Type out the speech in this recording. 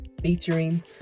featuring